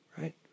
right